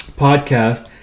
podcast